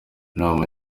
inama